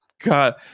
god